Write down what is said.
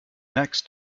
next